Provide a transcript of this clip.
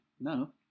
no